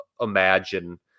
imagine